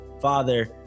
father